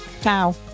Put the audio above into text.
Ciao